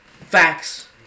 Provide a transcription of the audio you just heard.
Facts